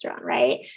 Right